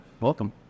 Welcome